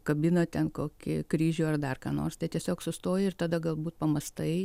kabina ten kokį kryžių ar dar ką nors tai tiesiog sustoji ir tada galbūt pamąstai